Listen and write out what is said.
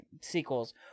sequels